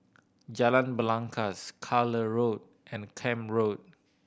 Jalan Belangkas Carlisle Road and Camp Road